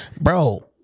Bro